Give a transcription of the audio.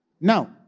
Now